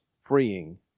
freeing